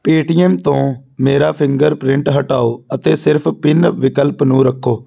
Paytm ਤੋਂ ਮੇਰਾ fingerprint ਹਟਾਓ ਅਤੇ ਸਿਰਫ਼ ਪਿਨ ਵਿਕਲਪ ਨੂੰ ਰੱਖੋ